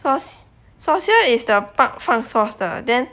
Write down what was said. sauce saucier is the park 放 sauce 的 then